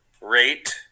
rate